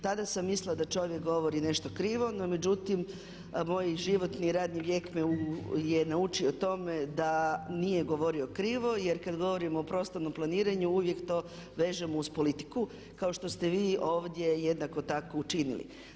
Tada sam mislila da čovjek govori nešto krivo, no međutim moj životni radni vijek me je naučio tome da nije govorio krivo jer kada govorimo o prostornom planiranju uvijek to vežemo uz politiku kao što ste vi ovdje jednako tako učinili.